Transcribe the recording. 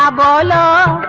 um la la